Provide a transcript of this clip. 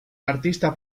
artista